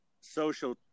social